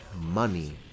money